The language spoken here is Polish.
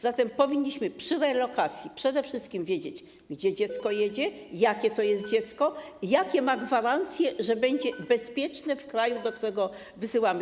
Zatem powinniśmy przy relokacji przede wszystkim wiedzieć, gdzie dziecko jedzie, jakie to jest dziecko, jakie są gwarancje, że będzie ono bezpieczne w kraju, do którego je wysyłamy.